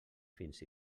fins